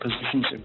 positions